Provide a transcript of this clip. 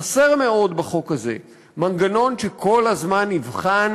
חסר מאוד בחוק הזה מנגנון שכל הזמן יבחן